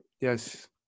Yes